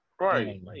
Right